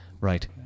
Right